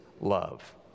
love